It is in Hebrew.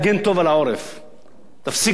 תפסיקו לחרחר מלחמה,